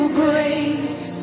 grace